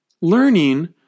Learning